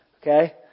okay